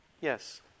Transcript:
Yes